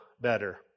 better